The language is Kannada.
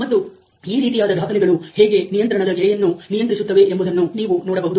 ಮತ್ತು ಈ ರೀತಿಯಾದ ದಾಖಲೆಗಳು ಹೇಗೆ ನಿಯಂತ್ರಣದ ಗೆರೆಯನ್ನು ನಿಯಂತ್ರಿಸುತ್ತವೆ ಎಂಬುದನ್ನು ನೀವು ನೋಡಬಹುದು